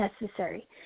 necessary